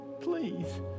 Please